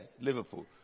Liverpool